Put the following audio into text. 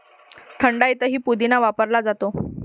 थंडाईतही पुदिना वापरला जातो